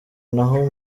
naho